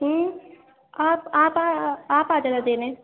ہوں آپ آپ آ آپ آ جانا دینے